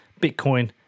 Bitcoin